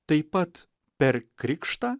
taip pat per krikštą